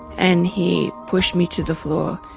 and he pushed me to the floor.